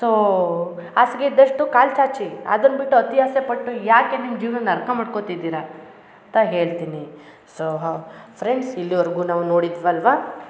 so ಹಾಸ್ಗೆ ಇದ್ದಷ್ಟು ಕಾಲು ಚಾಚಿ ಅದನ್ನು ಬಿಟ್ಟು ಅತಿ ಆಸೆ ಪಟ್ಟು ಯಾಕೆ ನಿಮ್ಮ ಜೀವನನ ನರಕ ಮಾಡ್ಕೊತಿದ್ದೀರಾ ಅಂತ ಹೇಳ್ತೀನಿ ಸೋ ಫ್ರೆಂಡ್ಸ್ ಇಲ್ಲಿವರೆಗೂ ನಾವು ನೋಡಿದೆವಲ್ವಾ